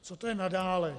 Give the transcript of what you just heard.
Co to je nadále?